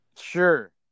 Sure